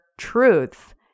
truth